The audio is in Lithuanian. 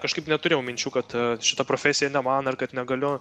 kažkaip neturėjau minčių kad šita profesija ne man ar kad negaliu